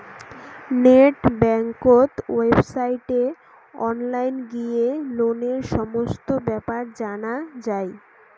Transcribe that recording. net বেংকত ওয়েবসাইটে online গিয়ে লোনের সমস্ত বেপার জানা যাই